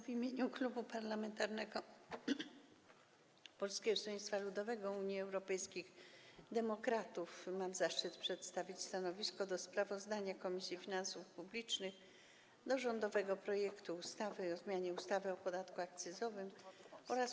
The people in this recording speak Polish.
W imieniu Klubu Poselskiego Polskiego Stronnictwa Ludowego - Unii Europejskich Demokratów mam zaszczyt przedstawić stanowisko odnośnie do sprawozdania Komisji Finansów Publicznych o rządowym projekcie ustawy o zmianie ustawy o podatku akcyzowym oraz